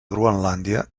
groenlàndia